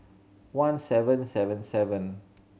one seven seven seven